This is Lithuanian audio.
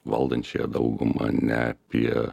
valdančiąją daugumą ne apie